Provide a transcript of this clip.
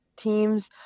Teams